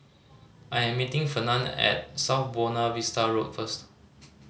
I'm meeting Fernand at South Buona Vista Road first